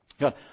God